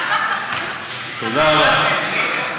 תודה רבה.